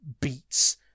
beats